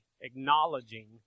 acknowledging